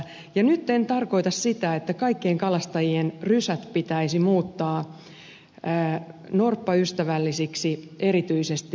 nyt en tarkoita sitä että kaikkien kalastajien rysät pitäisi muuttaa norppaystävällisiksi erityisesti